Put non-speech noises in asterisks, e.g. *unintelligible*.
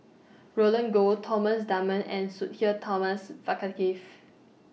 Roland Goh Thomas Dunman and Sudhir Thomas *unintelligible*